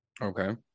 Okay